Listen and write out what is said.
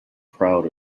proud